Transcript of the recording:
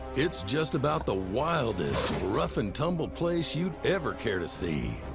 it's just about the wildest, rough and tumble place you'd ever care to see.